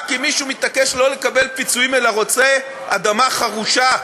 רק כי מישהו מתעקש לא לקבל פיצויים אלא רוצה אדמה חרושה?